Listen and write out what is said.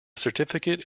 certificate